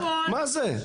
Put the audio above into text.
מה זה?